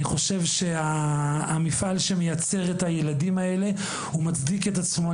אני חושב שהמפעל שמייצר את הילדים האלה מצדיק את עצמו.